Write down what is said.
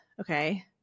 Okay